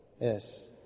Yes